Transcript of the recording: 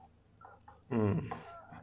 um